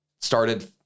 started